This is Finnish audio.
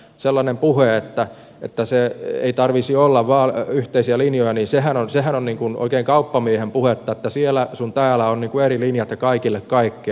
sellainen puhe että ei tarvitsisi olla yhteisiä linjoja on oikein kauppamiehen puhetta että siellä sun täällä on eri linjat ja kaikille kaikkea